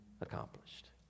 accomplished